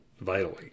vitally